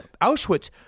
Auschwitz